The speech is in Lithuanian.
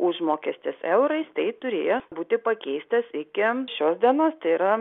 užmokestis eurais tai turėjęs būti pakeistas iki šios dienos tai yra